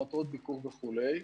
למטרות ביקור וכולי,